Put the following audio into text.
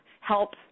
help